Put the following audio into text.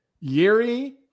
yuri